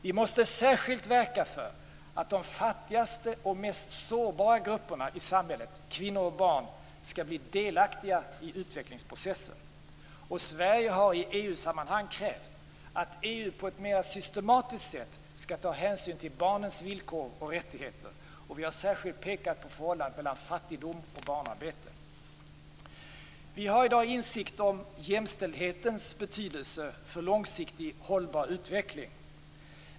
Vi måste särskilt verka för att de fattigaste och mest sårbara grupperna i samhället, kvinnor och barn, skall bli mer delaktiga i utvecklingsprocessen. Sverige har i EU-sammanhang krävt att EU på ett mer systematiskt sätt skall ta hänsyn till barnens villkor och rättigheter. Vi har särskilt pekat på förhållandet mellan fattigdom och barnarbete. Vi har i dag insikt om jämställdhetens betydelse för en långsiktigt hållbar utveckling.